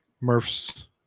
Murph's